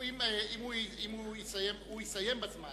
הוא יסיים בזמן,